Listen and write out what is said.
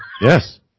Yes